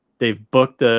they've booked